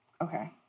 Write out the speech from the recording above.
Okay